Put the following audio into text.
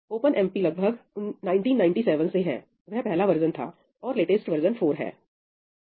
OpenMP लगभग 1997 से है वह पहला वर्जन था और लेटेस्ट वर्जन 4 है